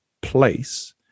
place